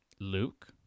Luke